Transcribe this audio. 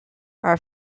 are